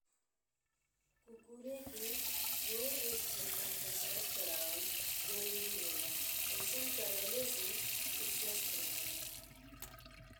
कुक्कुरे के रोज एक घंटा कसरत करावल जरुरी होला। अइसन करावले से ऊ स्वस्थ रहेला।